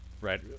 right